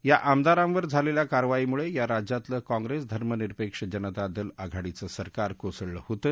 या आमदारांवर झालेल्या कारवाईमुळे या राज्यातलं काँग्रेस धर्मनिरपेक्ष जनता दल आघाडीचं सरकार कोसळलं होतं